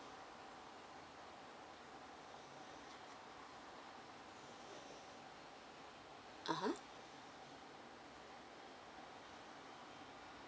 (uh huh)